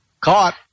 Caught